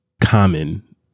common